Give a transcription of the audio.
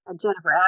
Jennifer